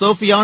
Shopian